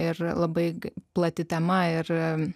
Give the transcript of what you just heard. ir labai plati tema ir